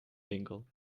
winkel